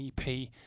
EP